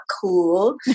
cool